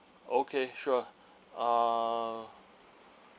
okay sure err